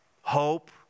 Hope